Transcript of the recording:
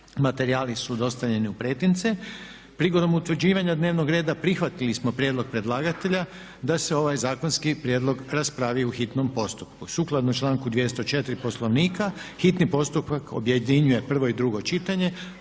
Materijali su dostavljeni u pretince. Prigodom utvrđivanja dnevnog reda prihvatili smo prijedlog predlagatelja da se ovaj zakonski prijedlog raspravi u hitnom postupku. Sukladno članku 204. Poslovnika hitni postupak objedinjuje prvo i drugo čitanje